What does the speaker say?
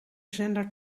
zender